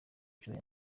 nshuro